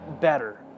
better